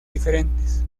diferentes